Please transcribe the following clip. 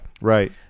Right